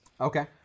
Okay